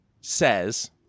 says